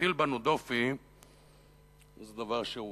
להטיל בנו דופי זה דבר שהוא